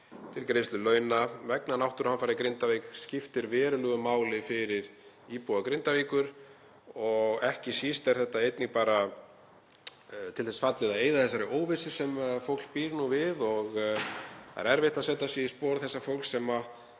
til greiðslu launa vegna náttúruhamfara í Grindavík, skiptir verulegu máli fyrir íbúa Grindavíkur. Ekki síst er þetta einnig til þess fallið að eyða þeirri óvissu sem fólk býr nú við. Það er erfitt að setja sig í spor þessa fólks,